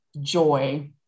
joy